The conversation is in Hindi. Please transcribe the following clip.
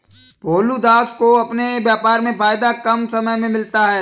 भोलू दास को अपने व्यापार में फायदा कम समय में मिलता है